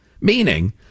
Meaning